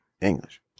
english